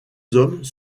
hommes